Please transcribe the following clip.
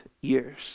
years